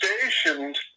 stationed